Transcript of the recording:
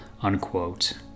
Unquote